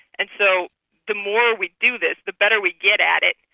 and so the more we do this the better we get at it,